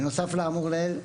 בנוסף לאמור לעיל,